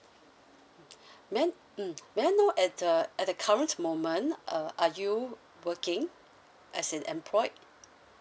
may mm may I know at the at the current moment uh are you working as in employed